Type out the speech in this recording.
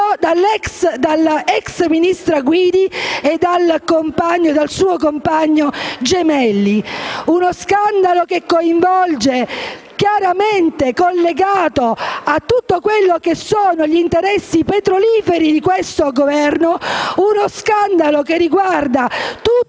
dalla ex ministra Guidi e dal suo compagno Gemelli. Uno scandalo chiaramente collegato agli interessi petroliferi di questo Governo, uno scandalo che riguarda tutto